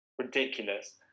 ridiculous